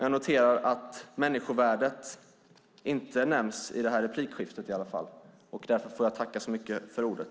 Jag noterar att människovärdet inte nämns i det här replikskiftet.